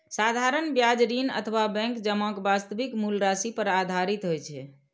साधारण ब्याज ऋण अथवा बैंक जमाक वास्तविक मूल राशि पर आधारित होइ छै